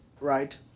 right